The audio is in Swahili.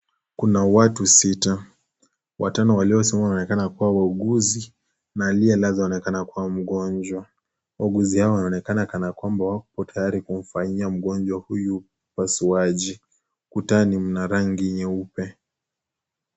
Kuna watu sita. Watano waliosimama wanaonekana kuwa wauguzi na aliyelazwa anaonekana kuwa mgonjwa. Wauguzi hao wanaonekana kana kwamba wako tayari kumfanyia mgonjwa huyu upasuaji. Ukutani mna rangi nyeupe.